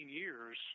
years